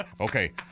Okay